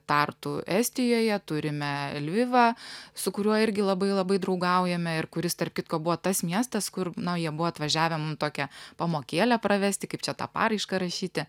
tartu estijoje turime lvivą su kuriuo irgi labai labai draugaujame ir kuris tarp kitko buvo tas miestas kur jie buvo atvažiavę mum tokią pamokėlę pravesti kaip čia tą paraišką rašyti